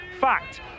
fact